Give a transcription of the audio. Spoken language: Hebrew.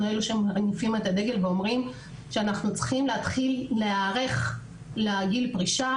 אלה שמניפים את הדגל ואומרים שאנחנו צריכים להיערך לגיל פרישה